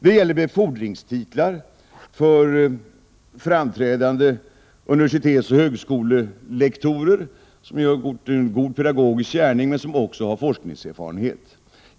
Det gäller befordringstitlar för framträdande universitetsoch högskolelektorer som gjort en god pedagogisk gärning, men som också har forskningserfarenhet.